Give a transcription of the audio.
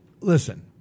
Listen